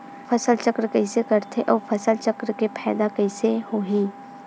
फसल चक्र कइसे करथे उ फसल चक्र के फ़ायदा कइसे से होही?